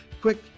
Quick